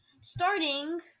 Starting